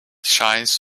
shines